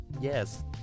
yes